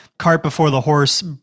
cart-before-the-horse